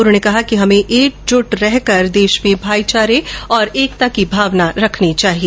उन्होंने कहा कि हमें एकजुट रहकर देश में भाईचारे और एकता की भावना रखनी चाहिए